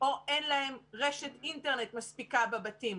או אין להם רשת אינטרנט מספיקה בבתים.